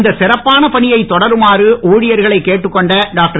இந்த சிறப்பான பணியை தொடருமாறு ஊழியர்களை கேட்டுக்கொண்ட திருமதி